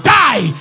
die